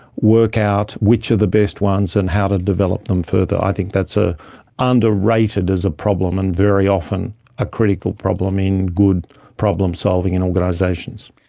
work out which are the best ones and how to develop them further. i think that's ah underrated as a problem and very often a critical problem in good problem solving and organisations.